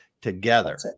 together